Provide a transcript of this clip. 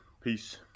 Peace